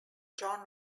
john